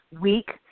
week